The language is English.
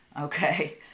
okay